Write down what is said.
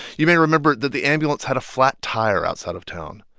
you may remember that the ambulance had a flat tire outside of town.